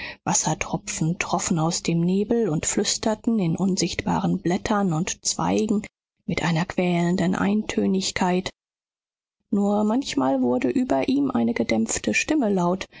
wassertropfen troffen aus dem nebel und flüsterten in unsichtbaren blättern und zweigen mit einer quälenden eintönigkeit nur manchmal wurde über ihm eine gedämpfte stimme laut